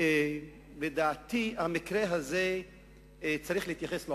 לדעתי במקרה הזה צריך להתייחס לעובדות.